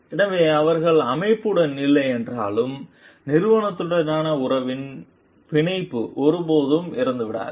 எனவே அவர்கள் அமைப்புடன் இல்லையென்றாலும் நிறுவனத்துடனான உறவின் பிணைப்பு ஒருபோதும் இறந்துவிடாது